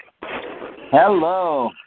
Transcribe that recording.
Hello